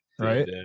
right